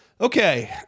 Okay